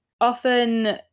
Often